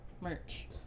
merch